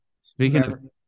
Speaking